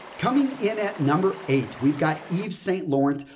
coming in at number eight, we've got yves st laurent,